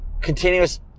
continuous